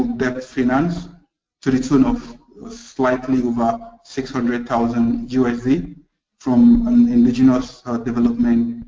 debt finance to the tune of slightly over six hundred thousand usd from indigenous development,